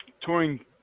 touring